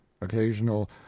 occasional